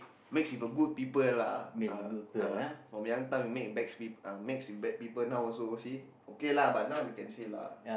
mix with the good people lah uh uh from young time mix with bad people now also see okay lah but now can say lah